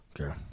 Okay